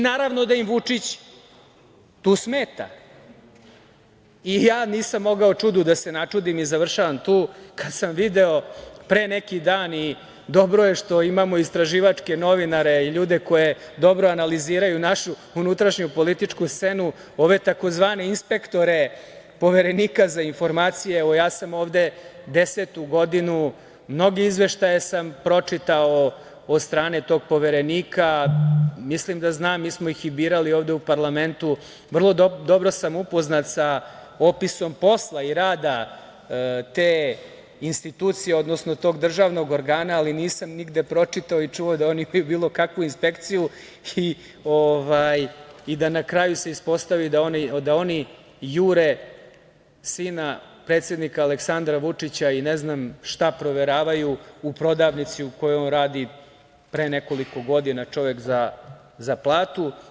Naravno da im Vučić tu smeta i ja nisam mogao čudu da se načudim i završavam tu, kad sam video pre neki dan i dobro je što imamo istraživačke novinare i ljude koji dobro analiziraju našu unutrašnju političku scenu, ove tzv. inspektore Poverenika za informacije, evo, ja sam ovde desetu godinu, mnoge izveštaje sam pročitao od strane tog Poverenika, mislim da znam, mi smo ih i birali ovde u parlamentu, vrlo dobro sam upoznat sa opisom posla i rada te institucije, odnosno tog državnog organa ali nisam nigde pročitao i čuo da oni bilo kakvu inspekciju i da na kraju se ispostavi da oni jure sina predsednika Aleksandra Vučića i ne znam šta proveravaju u prodavnici u kojoj on radi pre nekoliko godina, čovek, za platu.